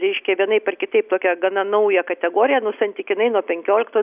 reiškia vienaip ar kitaip tokia gana nauja kategoriją nu santykinai nuo penkioliktų